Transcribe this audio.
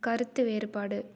கருத்து வேறுபாடு